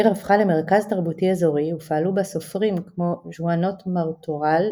העיר הפכה למרכז תרבותי אזורי ופעלו בה סופרים כמו ז'ואנוט מרטורל,